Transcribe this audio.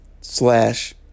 slash